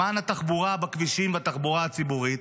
למען התחבורה בכבישים והתחבורה הציבורית,